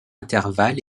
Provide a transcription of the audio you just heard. intervalle